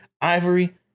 Ivory